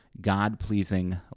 God-pleasing